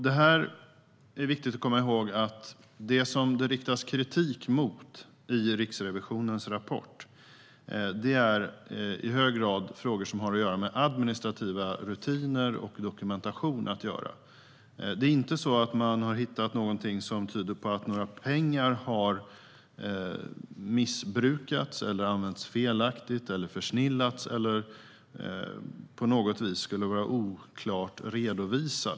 Det är viktigt att komma ihåg att det som det riktas kritik mot i Riksrevisionens rapport i hög grad är frågor som har att göra med administrativa rutiner och dokumentation. Det är inte så att man har hittat någonting som tyder på att pengar missbrukats, använts felaktigt, försnillats eller på något vis skulle vara oklart redovisade.